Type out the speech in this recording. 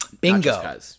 bingo